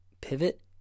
pivot